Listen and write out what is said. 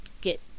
get